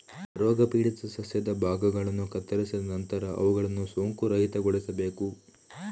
ರೋಗಪೀಡಿತ ಸಸ್ಯದ ಭಾಗಗಳನ್ನು ಕತ್ತರಿಸಿದ ನಂತರ ಅವುಗಳನ್ನು ಸೋಂಕುರಹಿತಗೊಳಿಸಬೇಕು